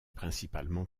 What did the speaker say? principalement